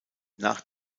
nach